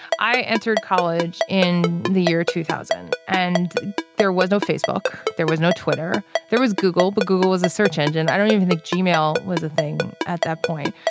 i entered college in the year two thousand and there was no facebook. there was no twitter there was google but google was a search engine. i don't even think gmail was a thing at that point.